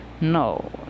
No